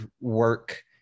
work